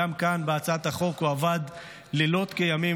גם כאן בהצעת החוק הוא עבד לילות כימים